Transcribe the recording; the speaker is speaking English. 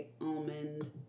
almond